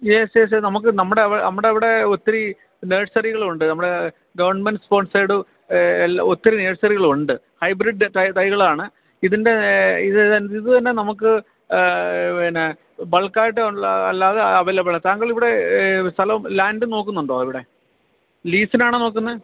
yes yes yes നമുക്ക് നമ്മുടെ അവ് നമ്മുടെ അവിടെ ഒത്തിരി നേഴ്സറികളുണ്ട് നമ്മുടെ ഗവൺമെൻറ്റ് സ്പോൺസേർഡ് എല്ലാം ഒത്തിരി നേഴ്സറികളുണ്ട് ഹൈബ്രിഡ് തൈ തൈകളാണ് ഇതിൻറ്റേ ഇതതൻ ഇത് തന്നെ നമുക്ക് പിന്നെ ബൾക്കായിട്ടുള്ള അല്ലാതെ അവൈലബിളാണ് താങ്കളിവിടെ സ്ഥലവും ലാൻഡ് നോക്കുന്നുണ്ടോ ഇവിടെ ലീസിനാണോ നോക്കുന്നത്